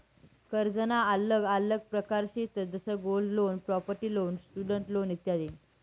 कर्जना आल्लग आल्लग प्रकार शेतंस जसं gold loan, property loan, student loan इत्यादी